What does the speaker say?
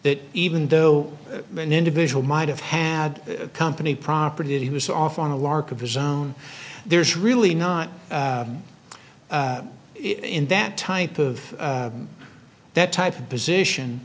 that even though many individual might have had company property that he was off on a lark of his own there's really not in that type of that type of position